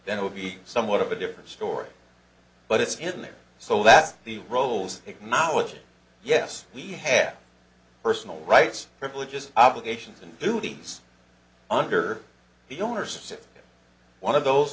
then it would be somewhat of a different story but it's in there so that the roles acknowledged yes we have personal rights privileges obligations and duties under the owner so if one of those